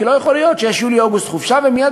כי לא יכול להיות שיש יולי-אוגוסט חופשה ומייד